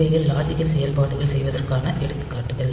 இவைகள் லாஜிக்கல் செயல்பாடுகள் செய்வதற்கான எடுத்துக்காட்டுகள்